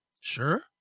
Sure